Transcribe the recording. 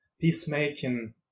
peacemaking